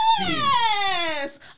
Yes